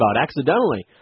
accidentally